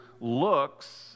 looks